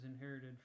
inherited